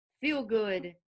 feel-good